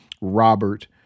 Robert